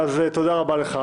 תודה רבה לך.